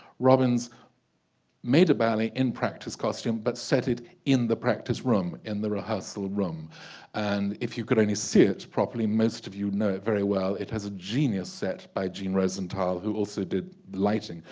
robbins made a ballet in practice costume but set it in the practice room in the rehearsal room and if you could only see it properly most of you know it very well it has a genius set by jean rosenthal, who also did lighting.